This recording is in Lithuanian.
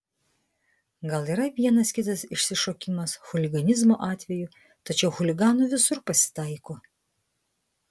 gal yra vienas kitas išsišokimas chuliganizmo atvejų tačiau chuliganų visur pasitaiko